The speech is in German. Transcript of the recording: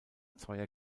zweier